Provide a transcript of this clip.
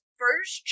first